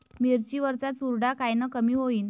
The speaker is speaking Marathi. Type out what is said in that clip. मिरची वरचा चुरडा कायनं कमी होईन?